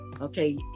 okay